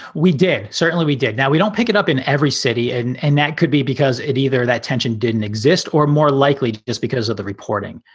we did. certainly we did. now we don't pick it up in every city. and and that could be because it's either that tension didn't exist or more likely is because of the reporting.